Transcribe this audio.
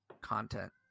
content